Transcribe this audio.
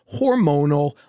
hormonal